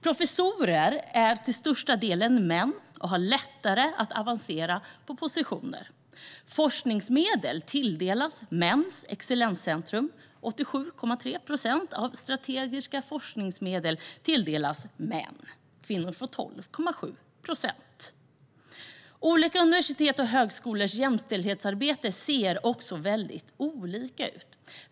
Professorer är till största delen män och har lättare att avancera på positioner. Forskningsmedel tilldelas mäns excellenscentrum. Av strategiska forskningsmedel är det 87,3 procent som tilldelas män, medan kvinnor får 12,7 procent. Olika universitets och högskolors jämställdhetsarbete ser också väldigt olika ut.